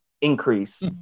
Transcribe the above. increase